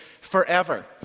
forever